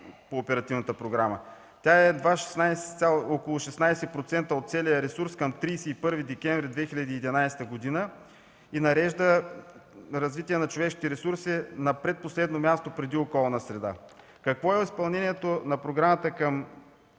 по оперативната програма. Тя е едва около 16% от целия ресурс към 31 декември 2011 г. и нарежда „Развитие на човешките ресурси” на предпоследно място преди „Околна среда”. Какво е изпълнението на програмата към